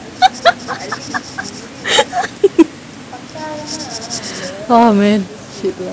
oh man